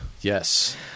Yes